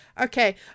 Okay